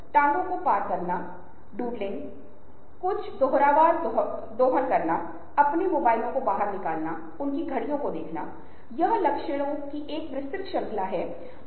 वास्तव में कुछ क्षेत्रों में हम एक साथ थोड़ा सा प्रयोग करेंगे और मुझे जो निष्कर्ष मिलेंगे वे हमारे सॉफ्ट स्किल्स कोर्स के लिए बहुत प्रासंगिक होंगे